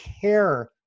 care